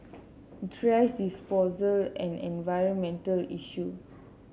thrash disposal an environmental issue